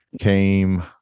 came